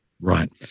Right